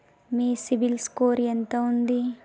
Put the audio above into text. మీ CIBIL score ఎంత ఉంది?